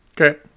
okay